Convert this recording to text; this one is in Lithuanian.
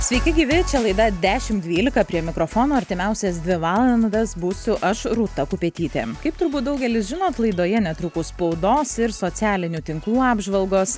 sveiki gyvi čia laida dešimt dvylika prie mikrofono artimiausias dvi valandas būsiu aš rūta kupetytė kaip turbūt daugelis žinot laidoje netrukus spaudos ir socialinių tinklų apžvalgos